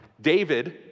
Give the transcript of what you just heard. David